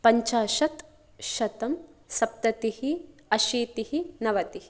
पञ्चाशत् शतं सप्ततिः अशीतिः नवतिः